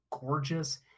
gorgeous